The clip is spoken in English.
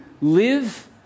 live